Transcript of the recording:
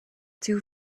two